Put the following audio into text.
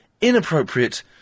inappropriate